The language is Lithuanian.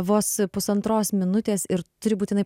vos pusantros minutės ir turi būtinai